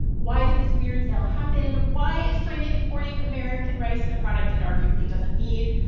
why did this weird sale happen? why is china importing american rice, a product it arguably doesn't need?